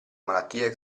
malattie